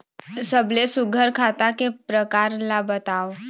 सबले सुघ्घर खाता के प्रकार ला बताव?